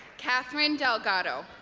katheryn delgado